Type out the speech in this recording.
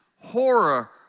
horror